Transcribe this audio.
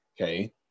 Okay